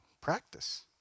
practice